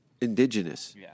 indigenous